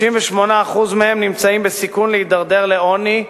38% מהם נמצאים בסיכון להידרדר לעוני,